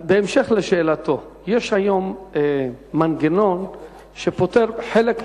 בהמשך לשאלתו, יש היום מנגנון שפותר חלק מהבעיות.